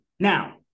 Now